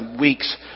weeks